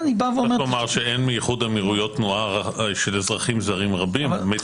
אין תנועה של אזרחים זרים רבים מאיחוד האמירויות,